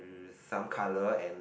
some color and